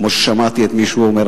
כמו ששמעתי מישהו אומר.